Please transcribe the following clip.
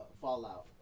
Fallout